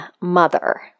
Mother